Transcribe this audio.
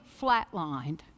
flatlined